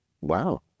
Wow